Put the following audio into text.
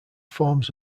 forms